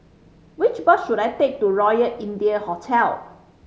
which bus should I take to Royal India Hotel